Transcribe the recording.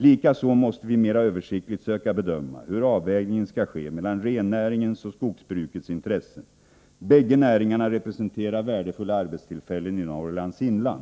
Likaså måste vi mera översiktligt söka bedöma hur avvägningen skall ske mellan rennäringens och skogsbrukets intressen. Bägge näringarna representerar värdefulla arbetstillfällen i Norrlands inland.